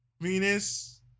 Venus